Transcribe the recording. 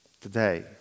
Today